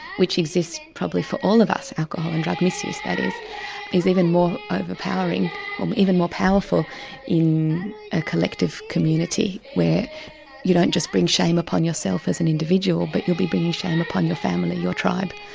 which exists probably for all of us alcohol and drug misuse that is is even more overpowering, or and even more powerful in a collective community where you don't just bring shame upon yourself as an individual but you'll be bringing shame upon your family, your tribe,